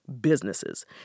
businesses